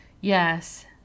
Yes